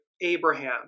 Abraham